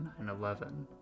9-11